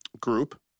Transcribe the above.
group